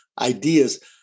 ideas